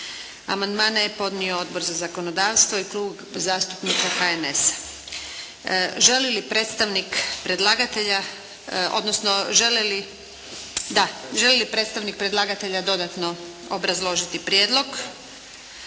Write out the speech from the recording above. Amandmane je podnio Odbor za zakonodavstvo i Klub zastupnika HNS-a. Želi li predstavnik predlagatelja dodatno obrazložiti prijedlog?